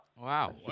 wow